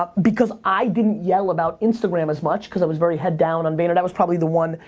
but because i didn't yell about instagram as much cause i was very head down on vayner. that was probably the one,